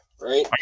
Right